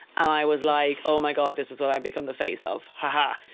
i was like, oh my god, this is what i become the face of, haha.